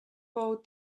bow